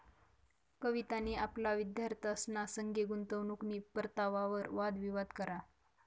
कवितानी आपला विद्यार्थ्यंसना संगे गुंतवणूकनी परतावावर वाद विवाद करा